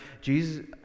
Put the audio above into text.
Jesus